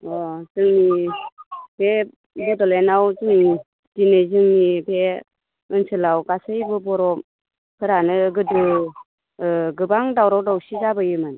अ जैनि बे बड'लेण्डआव जों दिनै जोंनि बे ओनसोलाव गासैबो बर'फोरानो गोदो गोबां दावराव दावसि जाबोयोमोन